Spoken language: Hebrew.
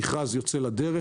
המכרז יוצא לדרך,